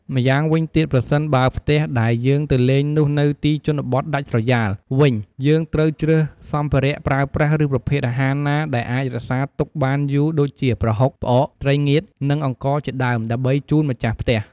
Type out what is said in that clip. ម្យ៉ាងវិញទៀតប្រសិនបើផ្ទះដែលយើងទៅលេងនោះនៅទីជនបទដាច់ស្រយ៉ាលវិញយើងត្រូវជ្រើសសម្ភារៈប្រើប្រាស់ ឬប្រភេទអាហារណាដែលអាចរក្សាទុកបានយូរដូចជាប្រហុក ផ្អក ត្រីងៀត និងអង្ករជាដើមដើម្បីជូនម្ចាស់ផ្ទះ។